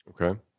Okay